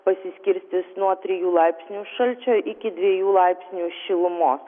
pasiskirstys nuo trijų laipsnių šalčio iki dviejų laipsnių šilumos